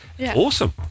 awesome